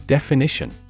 Definition